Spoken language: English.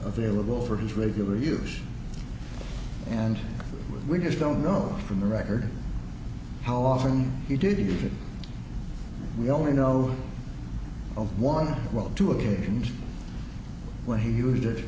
available for his regular use and we just don't know from the record how often he did it we only know of one well two occasions when he used it